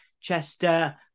Chester